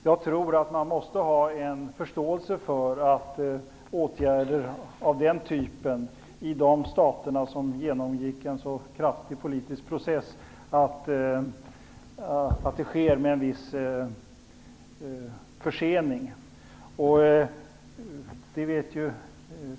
Jag tror att man måste ha en förståelse för att åtgärder av den typen i de stater som genomgick en så kraftig politisk process sker med en viss försening.